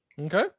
Okay